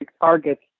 targets